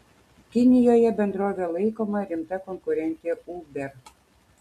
kinijoje bendrovė laikoma rimta konkurente uber